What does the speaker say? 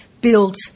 built